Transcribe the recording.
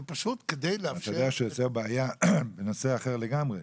זה פשוט כדי לאפשר --- בנושא אחר לגמרי,